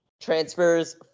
transfers